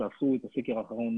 שעשו את הסקר האחרון,